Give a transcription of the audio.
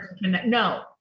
no